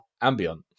ambient